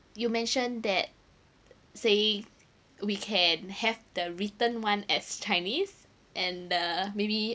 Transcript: you mention that say we can have the written one as chinese and the maybe